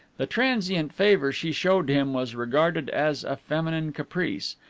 the transient favor she showed him was regarded as a feminine caprice,